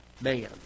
man